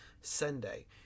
sunday